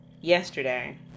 yesterday